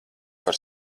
par